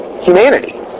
humanity